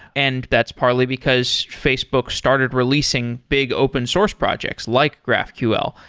and that's partly because facebook started releasing big open source projects, like graphql.